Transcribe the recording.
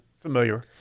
Familiar